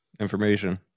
information